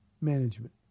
management